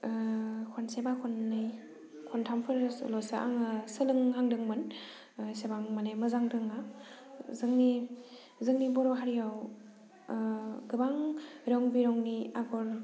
खनसे बा खननै खनथामफोरल'सो आङो सोलोंहांदोंमोन एसेबां माने मोजां रोङा जोंनि जोंनि बर' हारियाव गोबां रं बिरंनि आगर